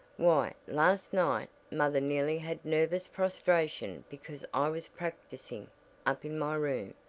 why, last night mother nearly had nervous prostration because i was practicing up in my room.